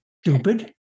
stupid